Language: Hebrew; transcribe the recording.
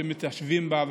שמתיישבים בה.